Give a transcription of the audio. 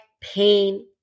pain